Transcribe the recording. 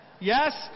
Yes